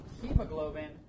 hemoglobin